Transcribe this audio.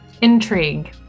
intrigue